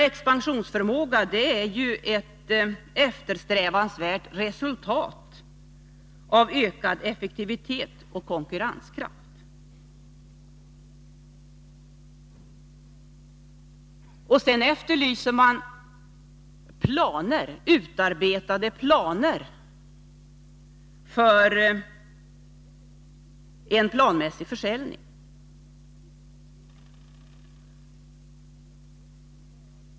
Expansionsförmåga är ju ett eftersträvansvärt resultat av ökad effektivitet och konkurrenskraft. Sedan efterlyser reservanterna utarbetade förslag för en planmässig försäljning.